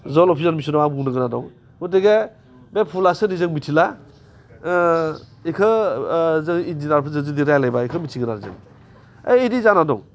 जल अभिजान मिसनाव आंहा बुंनो गोनां दं गथिखे बे बुहुला सोरनि जों मिथिला एखौ जों इन्जिनियारफोरजों जों जुदि रायलायबा एखौ मिथिगोन आरो जों एदि जाना दं